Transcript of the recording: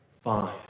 Fine